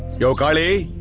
yeah kali,